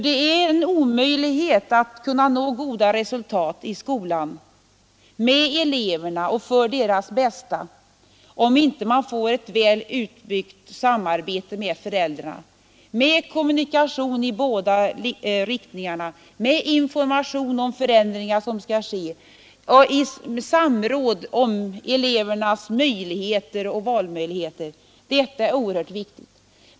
Det är en omöjlighet att kunna nå goda resultat i skolan med eleverna och för deras bästa, om man inte får ett väl utbyggt samarbete med föräldrarna, med kommunikation i båda riktningarna, med information om de förändringar som skall ske och i samråd om elevernas förutsättningar och valmöjligheter. Detta är oerhört viktigt.